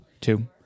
Two